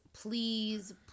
please